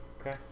Okay